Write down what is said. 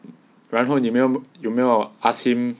然后你没有有没有 ask him